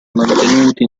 mantenuti